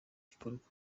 gikorwa